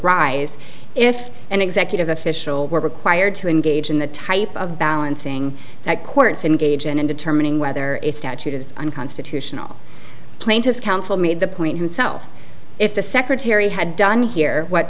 se if an executive official were required to engage in the type of balancing that courts engage in in determining whether a statute is unconstitutional plaintiff's counsel made the point himself if the secretary had done here what